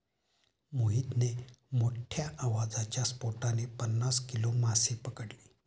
मोहितने मोठ्ठ्या आवाजाच्या स्फोटाने पन्नास किलो मासे पकडले